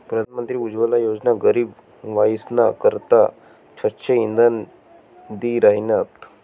प्रधानमंत्री उज्वला योजना गरीब बायीसना करता स्वच्छ इंधन दि राहिनात